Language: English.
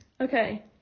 Okay